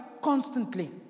constantly